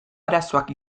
arazoak